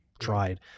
tried